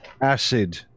acid